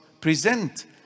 present